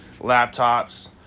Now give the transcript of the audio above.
laptops